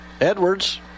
Edwards